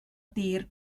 dir